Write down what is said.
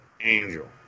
Angel